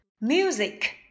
Music